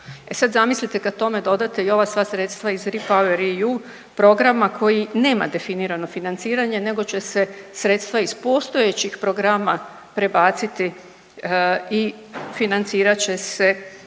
E sad zamislite kad tome dodate i ova sva sredstva iz REPowerEU programa koji nema definirano financiranje nego će se sredstva iz postojećih programa prebaciti i financirat će se